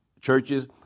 churches